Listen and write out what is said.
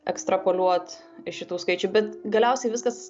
ekstrapoliuot iš šitų skaičių bet galiausiai viskas